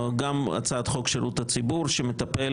אני מבין שכשאתם מקדמים את חוק שירות הציבור (מתנות)